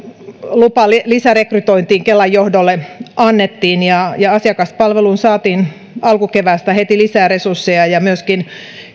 lupa lisärekrytointiin kelan johdolle annettiin ja ja asiakaspalveluun saatiin alkukeväästä heti lisää resursseja myöskin